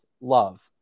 love